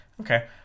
okay